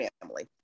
family